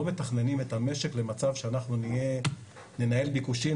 לא מתכננים את המשק למצב שאנחנו ננהל ביקושים